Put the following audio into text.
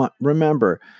Remember